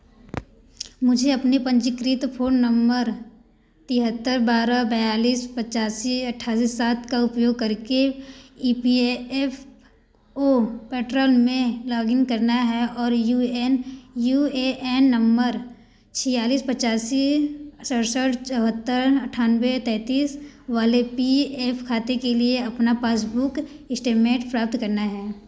मुझे अपनी पंजीकृत फोन नंबर तेहत्तर बारह बयालीस पिच्चासी अट्ठासी सात का उपयोग करके E P A F O पैट्रन में लॉगइन करना है और U N U A N number छियालीस पिच्चासी सड़सठ चौहत्तर अठानवे तेतीस वाले पी एफ खाते के लिए आपना पासबुक इस्टेमेंट प्राप्त करना है